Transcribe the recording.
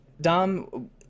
dom